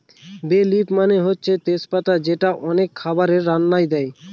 বে লিফ মানে হচ্ছে তেজ পাতা যেটা অনেক খাবারের রান্নায় দেয়